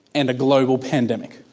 and a global pandemic.